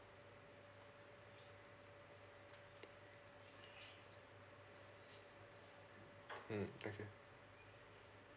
mm okay